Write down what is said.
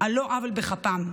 על לא עוול בכפם,